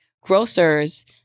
grocer's